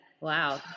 Wow